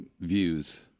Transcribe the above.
views